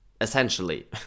Essentially